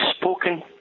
spoken